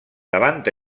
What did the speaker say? davant